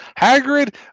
Hagrid